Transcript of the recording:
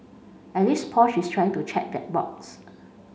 at least Porsche is trying to check that box